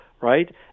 right